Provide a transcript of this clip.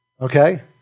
okay